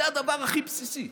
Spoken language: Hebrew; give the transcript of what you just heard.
זה הדבר הכי בסיסי.